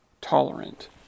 tolerant